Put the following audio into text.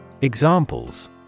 Examples